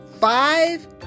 five